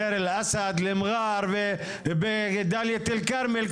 דיר אל אסד למע'אר ודליית אל כרמל,